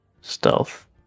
Stealth